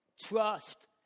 Trust